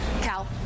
Cal